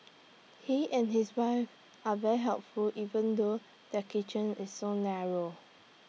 he and his wife are very helpful even though their kitchen is so narrow